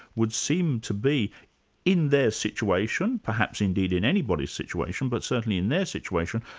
would seem to be in their situation, perhaps indeed in anybody's situation, but certainly in their situation,